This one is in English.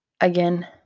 Again